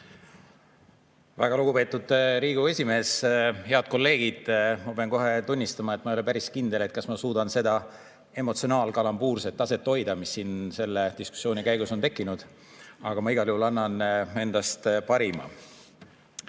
Väga lugupeetud Riigikogu esimees! Head kolleegid! Ma pean kohe tunnistama, et ma ei ole päris kindel, kas ma suudan seda emotsionaal-kalambuurset taset hoida, mis siin selle diskussiooni käigus on tekkinud. Aga ma annan igal juhul endast parima.